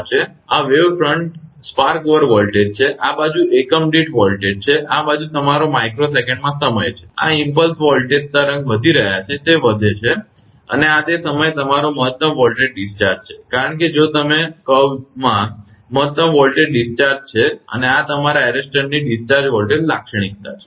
આ wave front spark over voltage છે આ બાજુ એકમ દીઠ વોલ્ટેજ છે આ બાજુ તમારો માઇક્રોસેકન્ડમાં સમય છે આ ઇમપ્લ્સ વોલ્ટેજ તરંગ વધી રહ્યા છે તે વધે છે અને આ તે સમયે તમારો મહત્તમ વોલ્ટેજ ડિસ્ચાર્જ છે કારણ કે જો તમે જુઓ વળાંકમાં આ મહત્તમ વોલ્ટેજ ડિસ્ચાર્જ છે અને આ તમારા એરેસ્ટરની ડિસ્ચાર્જ વોલ્ટેજ લાક્ષણિકતા છે